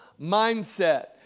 Mindset